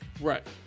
Right